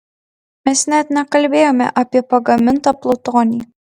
mes net nekalbėjome apie pagamintą plutonį